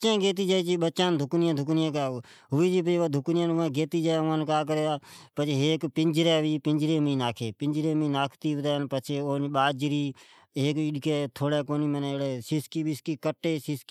خاص کرتے بچین گیتے جائی پچھے اون پنجری مین ناکھی ھیک ایڑی شیسکی